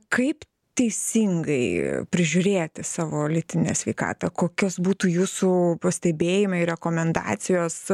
kaip teisingai prižiūrėti savo lytinę sveikatą kokios būtų jūsų pastebėjimai rekomendacijos